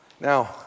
Now